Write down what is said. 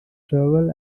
struggled